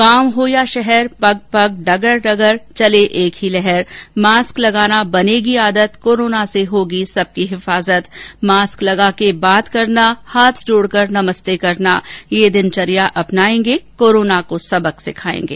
गांव हो या शहर पग पग डगर डगर चले एक ही लहर मास्क लगाना बनेगी आदत कोरोना से होगी सबकी हिफाजत मास्क के लगा के बात करना हाथ जोड़कर नमस्ते करना ये दिनचर्या अपनाएंगे कोरोना को सबक सिखाएंगे